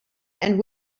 and